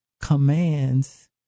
commands